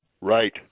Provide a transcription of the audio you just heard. Right